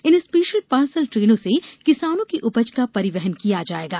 इन special parcel ट्रेनों से किसानों की उपज का परिवहन किया जाएगा